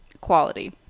quality